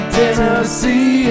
Tennessee